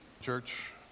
Church